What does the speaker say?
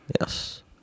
Yes